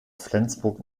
flensburg